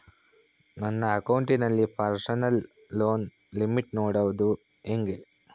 ನನ್ನ ಅಕೌಂಟಿನಲ್ಲಿ personal loan limit ನೋಡದು ಹೆಂಗೆ?